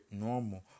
normal